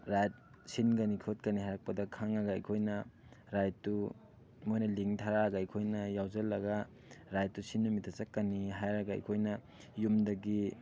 ꯔꯥꯏꯗ ꯁꯤꯟꯒꯅꯤ ꯈꯣꯠꯀꯅꯤ ꯍꯥꯏꯔꯛꯄꯗ ꯈꯪꯉꯒ ꯑꯩꯈꯣꯏꯅ ꯔꯥꯏꯗꯇꯨ ꯃꯣꯏꯅ ꯂꯤꯡ ꯊꯥꯔꯛꯑꯒ ꯑꯩꯈꯣꯏꯅ ꯌꯥꯎꯁꯤꯜꯂꯒ ꯔꯥꯏꯗꯇꯨ ꯁꯤ ꯅꯨꯃꯤꯠꯇ ꯆꯠꯀꯅꯤ ꯍꯥꯏꯔꯒ ꯑꯩꯈꯣꯏꯅ ꯌꯨꯝꯗꯒꯤ